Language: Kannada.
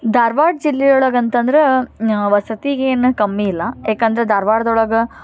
ಧಾರ್ವಾಡ ಜಿಲ್ಲೆ ಒಳಗೆ ಅಂತಂದರೆ ವಸತಿಗೇನು ಕಮ್ಮಿ ಇಲ್ಲ ಯಾಕಂದರೆ ಧಾರ್ವಾಡ್ದ ಒಳಗೆ